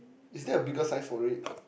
is there a bigger size for it